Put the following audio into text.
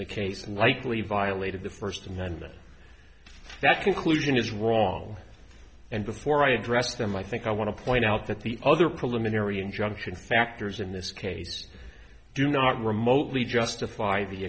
the case and likely violated the first amendment that conclusion is wrong and before i address them i think i want to point out that the other problem in area injunction factors in this case do not remotely justify the